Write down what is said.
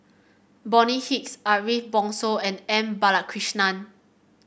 Bonny Hicks Ariff Bongso and M Balakrishnan